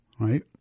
right